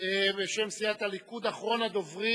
בשם סיעת הליכוד, אחרון הדוברים,